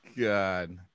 god